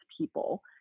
people